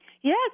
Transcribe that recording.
Yes